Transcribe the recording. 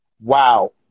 Wow